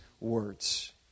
words